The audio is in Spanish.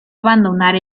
abandonar